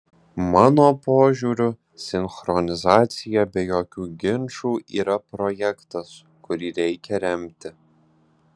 mano požiūriu sinchronizacija be jokių ginčų yra projektas kurį reikia remti